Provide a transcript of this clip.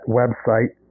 website